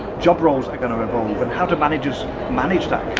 job roles are gonna evolve, and how do managers manage that